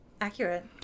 accurate